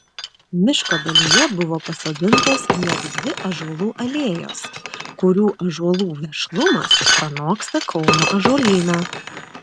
miško dalyje buvo pasodintos net dvi ąžuolų alėjos kurių ąžuolų vešlumas pranoksta kauno ąžuolyną